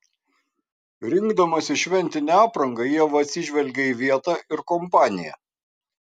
rinkdamasi šventinę aprangą ieva atsižvelgia į vietą ir kompaniją